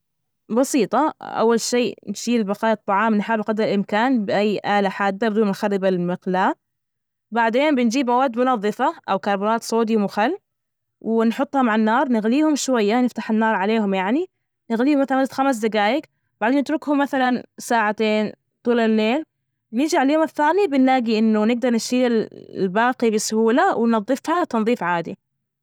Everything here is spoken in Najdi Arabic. بسيطة، أول شي نشيل بقايا الطعام نحاول بقدر الإمكان بأي آلة حادة بدون ما نخرب المقلاة، بعدين بنجيب مواد منظفة أو كربونات صوديوم وخل ونحطهم على النار، نغليهم شوية نفتح النار عليهم يعني نغليهم مثلا خمس دجايج بعدين نتركهم مثلا ساعتين طول الليل، نيجي على اليوم الثاني بنلاجي إنه نقدر نشيل ال- الباقي بسهولة ونظفها تنظيف عادي.